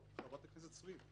חברת הכנסת סויד.